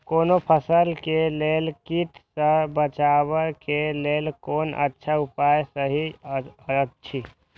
कोनो फसल के लेल कीट सँ बचाव के लेल कोन अच्छा उपाय सहि अछि?